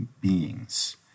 beings